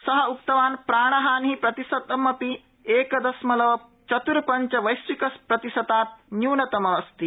सः उक्तवान् प्राणहानिः प्रतिशतमपि एकदशमलव चत्र्पच वैश्विक प्रतिशतात् न्यूनमस्ति